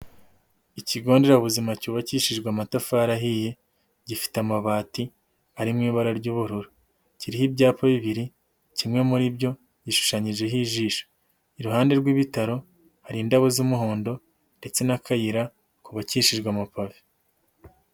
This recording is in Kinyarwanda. Ikigo nderabuzima cyubakishijwe amatafari ahiye, gifite amabati ari mu ibara ry'ubururu. Kiriho ibyapa bibiri, kimwe muri byo gishushanyijeho ijisho. Iruhande rw'ibitaro hari indabo z'umuhondo ndetse n'akayira kubabakishijwe amapave.